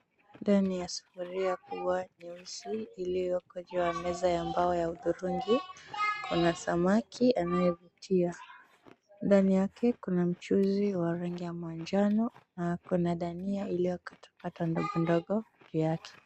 Ndani ya sufuria kubwa nyeusi iliyoko juu ya meza ya mbao ya hudhurungi, kuna samaki anayevutia. Ndani yake kuna mchuzi wa rangi ya manjano na ako na dania iliyokatwakatwa ndogo ndogo juu yake.